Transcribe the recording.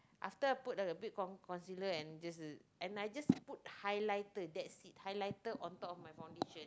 after I put a bit con~ concealer and this and I just put highlighter that's it highlighter on top of my foundation